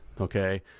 okay